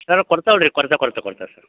sir ಕೊಡ್ತೆವಲ್ಲ ರೀ ಕೊಡ್ತೆ ಕೊಡ್ತೆ ಕೊಡ್ತಾರೆ ಸರ್